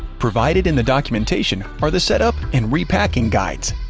provided in the documentation are the setup and repacking guides.